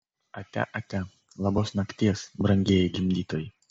atia atia labos nakties brangieji gimdytojai